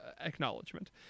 acknowledgement